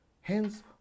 hence